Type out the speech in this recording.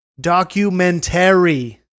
Documentary